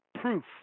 proof